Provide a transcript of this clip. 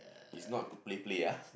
is not play play ah